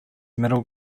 middle